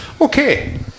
okay